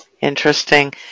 interesting